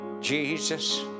Jesus